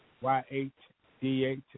Y-H-D-H